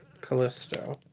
Callisto